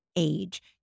age